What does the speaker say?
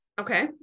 Okay